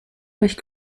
durch